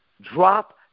drop